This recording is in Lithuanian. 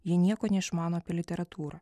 jie nieko neišmano apie literatūrą